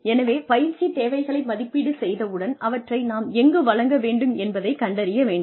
எனவே பயிற்சி தேவைகளை மதிப்பீடு செய்தவுடன் அவற்றை நாம் எங்கு வழங்க வேண்டும் என்பதைக் கண்டறிய வேண்டும்